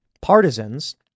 partisans